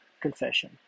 Confession